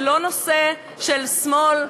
זה לא נושא של שמאל וימין,